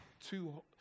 Two